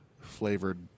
flavored